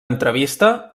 entrevista